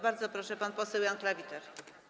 Bardzo proszę, pan poseł Jan Klawiter.